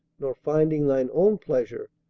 nor finding thine own pleasure,